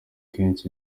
kenshi